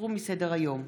הוסרו מסדר-היום,